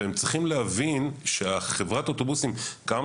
והם צריכים להבין שחברת האוטובוסים כמה